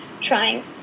trying